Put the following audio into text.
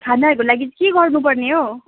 खानाहरूको लागि चाहिँ के गर्नुपर्ने हो